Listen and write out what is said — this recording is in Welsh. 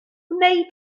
wnei